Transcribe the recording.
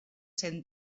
cent